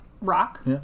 rock